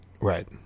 Right